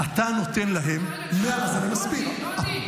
אתה נותן להם, רגע, אני שואל אותך.